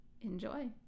Enjoy